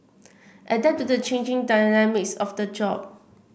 adapt to the changing dynamics of the job